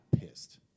pissed